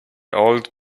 old